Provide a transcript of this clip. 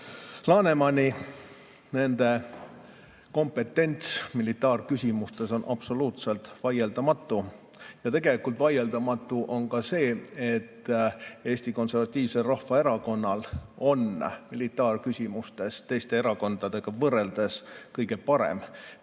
Lanemani. Nende kompetents militaarküsimustes on absoluutselt vaieldamatu ja tegelikult vaieldamatu on ka see, et Eesti Konservatiivsel Rahvaerakonnal on militaarküsimustes teiste erakondadega võrreldes kõige parem kompetents.